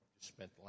spent